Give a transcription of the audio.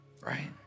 Right